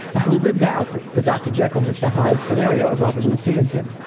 who lived out the the dr. jekyll mr. hyde scenario robert louis stevenson.